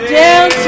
down